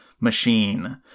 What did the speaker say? machine